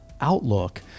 outlook